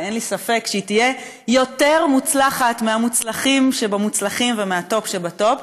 ואין לי ספק שהיא תהיה יותר מוצלחת מהמוצלחים שבמוצלחים ומהטופ שבטופ.